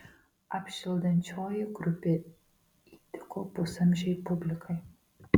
apšildančioji grupė įtiko pusamžei publikai